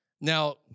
Now